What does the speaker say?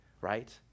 right